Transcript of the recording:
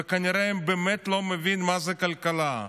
וכנראה הם באמת לא מבינים מה זה כלכלה.